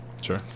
sure